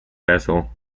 vessel